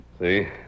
see